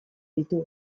ditu